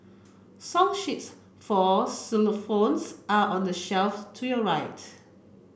song sheets for xylophones are on the shelf to your right